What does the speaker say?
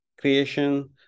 creation